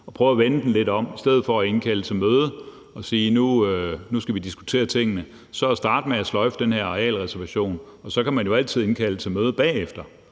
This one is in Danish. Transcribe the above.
at prøve at vende den lidt om og i stedet for at indkalde til møde og sige, at nu skal vi diskutere tingene, så at starte med at sløjfe den her arealreservation. Så kan man jo altid indkalde til møde bagefter